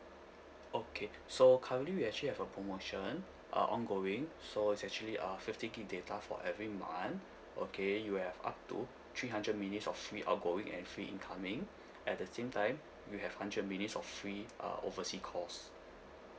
okay so currently we actually have a promotion uh ongoing so it's actually uh fifty gig data for every month okay you have up to three hundred minutes of free outgoing and free incoming at the same time you have hundred minutes of free uh oversea calls